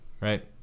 Right